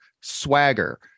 Swagger